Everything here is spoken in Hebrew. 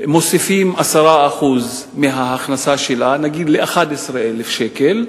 מוסיפים 10% מההכנסה שלה, נגיד ל-11,000 שקל,